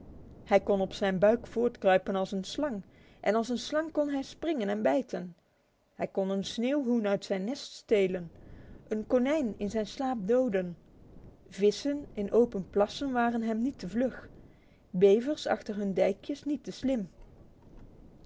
hij kon op zijn buik voortkruipen als een slang en als een slang kon hij springen en bijten hij kon een sneeuwhoen uit zijn nest stelen een konijn in zijn slaap doden vissen in open plassen waren hem niet te vlug bevers achter hun dijkjes niet te slim